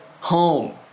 home